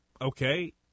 okay